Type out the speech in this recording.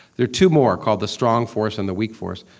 there are two more, called the strong force and the weak force.